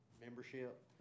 membership